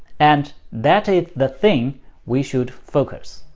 and that is the thing we should focus.